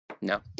No